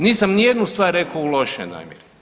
Nisam ni jednu stvar rekao u lošoj namjeri.